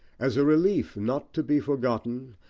as a relief not to be forgotten,